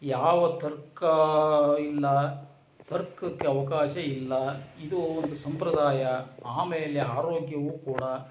ಯಾವ ತರ್ಕ ಇಲ್ಲ ತರ್ಕಕ್ಕೆ ಅವಕಾಶ ಇಲ್ಲ ಇದು ಒಂದು ಸಂಪ್ರದಾಯ ಆಮೇಲೆ ಆರೋಗ್ಯವೂ ಕೂಡ